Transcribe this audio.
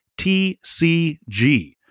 tcg